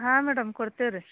ಹಾಂ ಮೇಡಮ್ ಕೊಡ್ತೀವಿ ರೀ